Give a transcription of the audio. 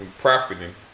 profiting